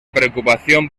preocupación